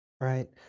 Right